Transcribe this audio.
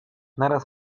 naraz